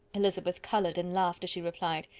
elizabeth coloured and laughed as she replied,